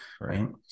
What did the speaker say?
right